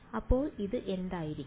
അപ്പോൾ ഇത് എന്തായിരിക്കും